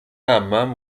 عمم